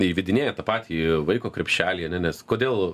įvedinėja ta patį vaiko krepšelį ane nes kodėl